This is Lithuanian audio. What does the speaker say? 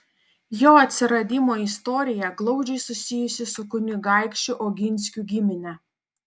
jo atsiradimo istorija glaudžiai susijusi su kunigaikščių oginskių gimine